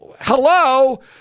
hello